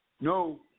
no